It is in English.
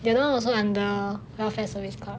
the other [one] also under welfare service club